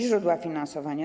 Źródła finansowania.